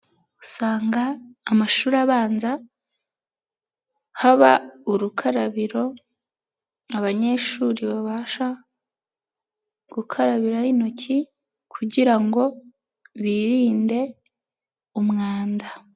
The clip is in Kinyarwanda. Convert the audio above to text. Usanga amashuri abanza haba urukarabiro, abanyeshuri babasha gukarabiraraho intoki kugira ngo birinde umwanda.